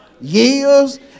years